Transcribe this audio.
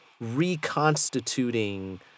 reconstituting